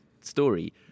story